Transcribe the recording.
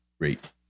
great